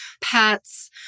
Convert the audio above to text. pets